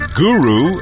guru